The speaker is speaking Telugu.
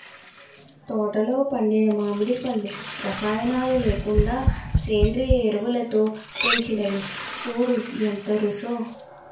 తోటలో పండిన మావిడి పళ్ళు రసాయనాలు లేకుండా సేంద్రియ ఎరువులతో పెంచినవి సూడూ ఎంత రుచో